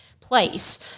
place